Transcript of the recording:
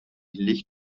licht